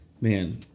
man